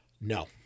no